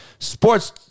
Sports